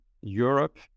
Europe